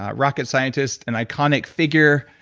ah rocket scientist, an iconic figure,